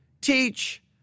teach